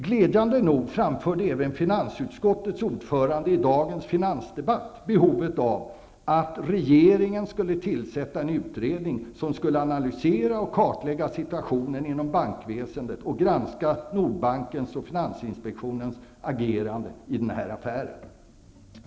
Glädjande nog framhöll även finansutskottets ordförande i dagens finansdebatt behovet av att regeringen tillsätter en utredning som analyserar och kartlägger situationen inom bankväsendet och granskar Nordbankens och finansinspektionens agerande i den här affären.